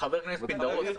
חבר הכנסת פינדרוס,